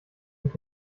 mit